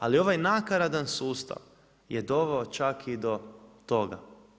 Ali ovaj nakaradan sustav je doveo čak i do toga.